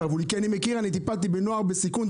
טיפלתי בנוער בסיכון,